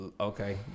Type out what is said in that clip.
Okay